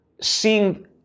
seeing